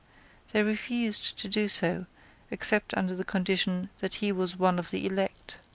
they refused to do so except under the condition that he was one of the elect.